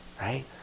right